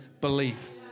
belief